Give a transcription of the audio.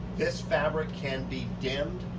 this fabric can be dimmed.